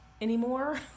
anymore